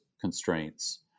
constraints